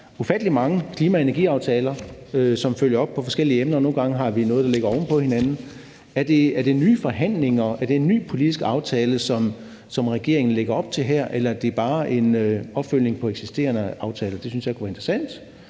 ufattelig mange klima- og energiaftaler, som følger op på forskellige emner, og nogle gange har vi noget, der ligger oven på hinanden. Er det nye forhandlinger, og er det en ny politisk aftale, som regeringen lægger op til her, eller er det bare en opfølgning på eksisterende aftaler? Det synes jeg kunne være interessant.